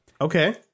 okay